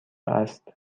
است